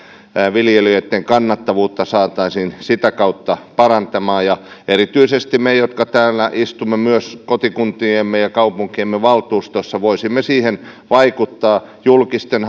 viljelijöitten kannattavuutta saataisiin sitä kautta parantumaan ja erityisesti me jotka istumme myös kotikuntiemme ja kaupunkiemme valtuustoissa voisimme siihen vaikuttaa julkisten